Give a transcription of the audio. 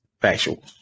Factual